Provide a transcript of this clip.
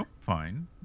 fine